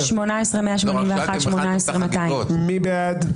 17,861 עד 17,880. מי בעד?